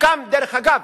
דרך אגב,